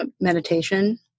Meditation